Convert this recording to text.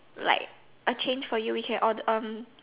like a change for you we can or